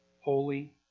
Holy